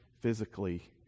physically